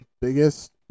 biggest